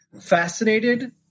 Fascinated